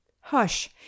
Hush